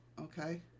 Okay